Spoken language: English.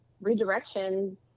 redirection